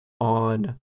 on